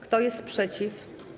Kto jest przeciw?